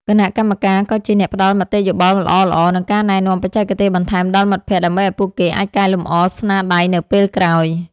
គណៈកម្មការក៏ជាអ្នកផ្ដល់មតិយោបល់ល្អៗ និងការណែនាំបច្ចេកទេសបន្ថែមដល់មិត្តភក្តិ ដើម្បីឱ្យពួកគេអាចកែលម្អស្នាដៃនៅពេលក្រោយ។